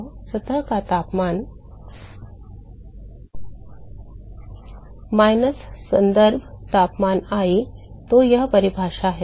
तो सतह का तापमान minus संदर्भ तापमान i तो वह परिभाषा है